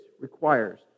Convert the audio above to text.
requires